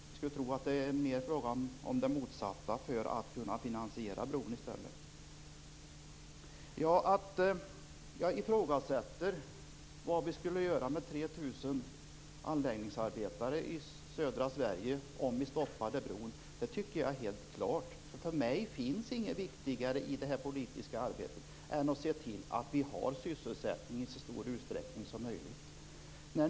Jag skulle tro att det snarare blir fråga om det motsatta för att kunna finansiera bron. Jag frågade vad vi skulle göra med de 3 000 anläggningsarbetarna i södra Sverige om bron stoppades. För mig står det klart: Det finns inget viktigare i det politiska arbetet än att se till att vi har sysselsättning i så stor utsträckning som möjligt.